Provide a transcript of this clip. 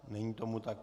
Není tomu tak.